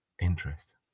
interest